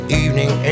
evening